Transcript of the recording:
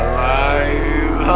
Alive